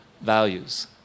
values